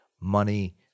money